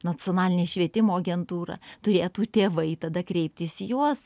nacionalinę švietimo agentūrą turėtų tėvai tada kreiptis į juos